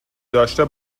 داشته